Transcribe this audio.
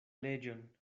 leĝon